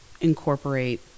incorporate